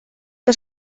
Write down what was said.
que